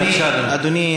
בבקשה, אדוני.